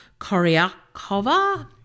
Koryakova